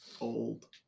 old